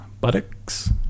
Buttocks